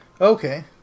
Okay